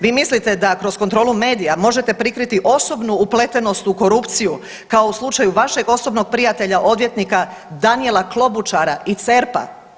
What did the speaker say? Vi mislite da kroz kontrolu medija možete prikriti osobnu upletenost u korupciju, kao u slučaju vašeg osobnog prijatelja odvjetnika Danijela Klobučara i CERP-a.